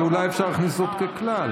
אבל אולי אפשר להכניס אותו ככלל.